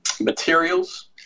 materials